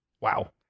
wow